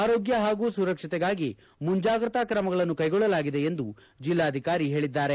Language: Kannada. ಆರೋಗ್ಯ ಹಾಗೂ ಸುರಕ್ಷತೆಗಾಗಿ ಮುಂಜಾಗ್ರತಾ ಕ್ರಮಗಳನ್ನು ಕೈಗೊಳ್ಳಲಾಗಿದೆ ಎಂದು ಜಿಲ್ಲಾಧಿಕಾರಿ ಹೇಳಿದ್ದಾರೆ